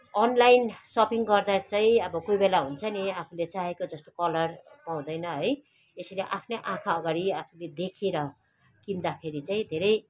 online shopping गर्दा चाहिँ अब कोही बेला हुन्छ नि आफूले चाहेको जस्तो कलर पाउँदैन है यसरी आफ्नै आँखा अगाडि आफूले देखेर किन्दाखेरि चाहिँ धेरै